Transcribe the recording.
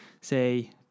say